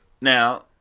Now